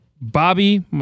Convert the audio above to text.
Bobby